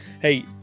hey